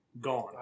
Gone